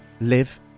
live